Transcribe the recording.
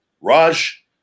Raj